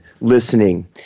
listening